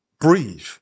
breathe